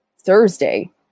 thursday